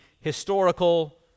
historical